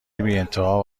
بیانتها